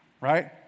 Right